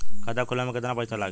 खाता खोले में कितना पैसा लगेला?